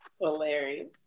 hilarious